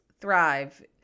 thrive